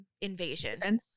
invasion